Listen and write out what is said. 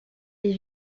les